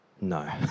No